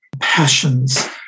passions